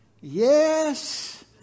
yes